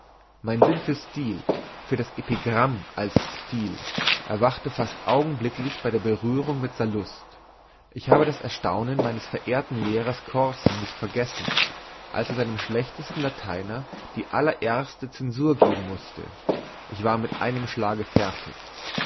mein sinn für stil für das epigramm als stil erwachte fast augenblicklich bei der berührung mit sallust ich habe das erstaunen meines verehrten lehrers corssen nicht vergessen als er seinem schlechtesten lateiner die allererste censur geben musste ich war mit einem schlage fertig